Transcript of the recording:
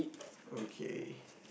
okay